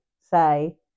say